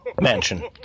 Mansion